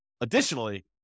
additionally